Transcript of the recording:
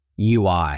ui